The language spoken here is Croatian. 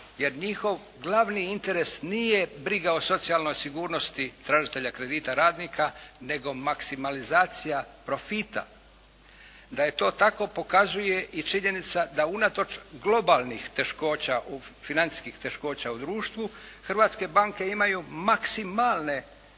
jer njihov glavni interes nije briga o socijalnoj sigurnosti tražitelja kredita radnika, nego maksimalizacija profita. Da je to tako pokazuje i činjenica da unatoč globalnih teškoća, financijskih teškoća u društvu hrvatske banke imaju maksimalne profite